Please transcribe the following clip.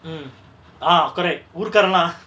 um ah correct ஊர்காரங்கல்லா:oorkaarangallaa